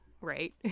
right